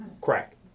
crack